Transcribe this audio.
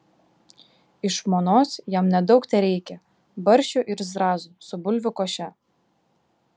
iš žmonos jam nedaug tereikia barščių ir zrazų su bulvių koše